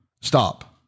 stop